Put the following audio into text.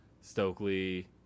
Stokely